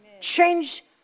Change